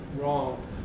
wrong